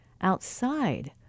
outside